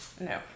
no